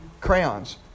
crayons